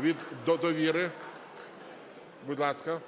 від "Довіри", будь ласка.